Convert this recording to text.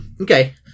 Okay